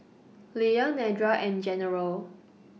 Leah Nedra and General